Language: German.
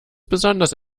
besonders